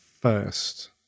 first